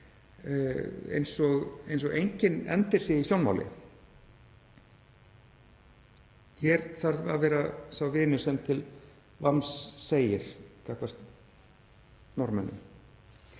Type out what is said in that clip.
eins og enginn endir sé í sjónmáli. Hér þarf að vera sá vinur sem til vamms segir gagnvart Norðmönnum.